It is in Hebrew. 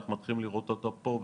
ואנחנו מתחילים לראות אותה פה,